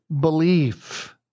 belief